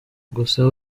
gusa